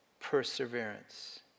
perseverance